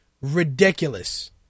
ridiculous